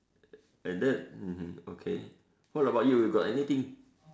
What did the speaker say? and that mmhmm okay what about you you got anything